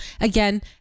again